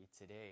today